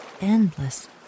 endless